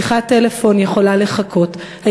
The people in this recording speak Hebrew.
שיחת טלפון יכולה לחכות,